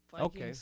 okay